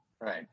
right